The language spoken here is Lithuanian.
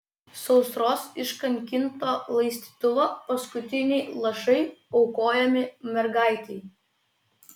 sausros iškankinto laistytuvo paskutiniai lašai aukojami mergaitei